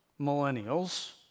Millennials